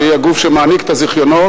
שהיא הגוף שמעניק את הזיכיונות,